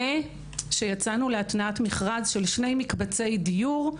שיצאנו להתנעת מכרז של שני מקבצי דיור,